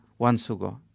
wansugo